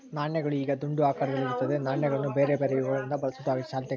ನಾಣ್ಯಗಳು ಈಗ ದುಂಡು ಆಕಾರದಲ್ಲಿ ಇರುತ್ತದೆ, ನಾಣ್ಯಗಳನ್ನ ಬೇರೆಬೇರೆ ಯುಗಗಳಿಂದ ಬಳಸುವುದು ಚಾಲ್ತಿಗೈತೆ